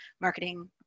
marketing